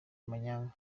amanyanga